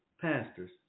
pastors